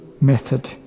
method